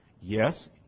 yes